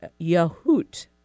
Yahoot